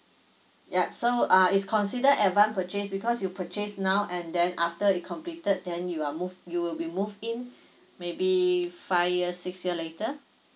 yup so uh is considered advance purchase because you purchase now and then after it completed then you are moved you'll be moved in maybe five years six years later